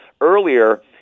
earlier